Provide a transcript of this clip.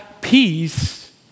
peace